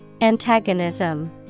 Antagonism